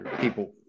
people